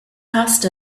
passed